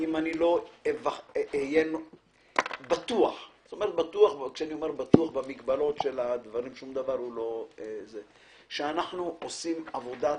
אם לא אהיה בטוח בטוח במגבלות של הדברים שאנחנו עושים עבודה,